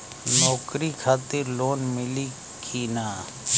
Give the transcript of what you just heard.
नौकरी खातिर लोन मिली की ना?